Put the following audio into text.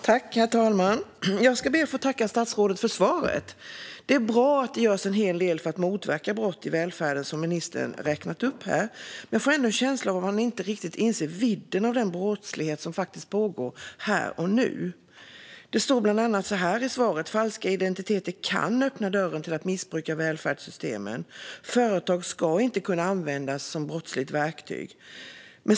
Herr talman! Jag ska be att få tacka statsrådet för svaret. Det är bra att det görs en hel del för att motverka brott i välfärden, som ministern har räknat upp, men jag får ändå en känsla av att man inte riktigt inser vidden av den brottslighet som faktiskt pågår här och nu. Ministern säger bland annat i svaret att falska identiteter kan öppna dörren till missbruk av välfärdssystemen och att företag inte ska kunna användas som brottsligt verktyg.